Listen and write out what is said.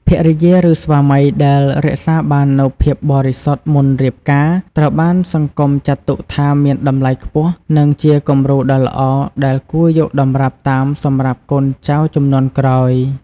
ភរិយា ឬស្វាមីដែលរក្សាបាននូវភាពបរិសុទ្ធមុនរៀបការ ត្រូវបានសង្គមចាត់ទុកថាមាន តម្លៃខ្ពស់ និងជាគំរូដ៏ល្អដែលគួរយកតម្រាប់តាមសម្រាប់កូនចៅជំនាន់ក្រោយ។